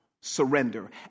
surrender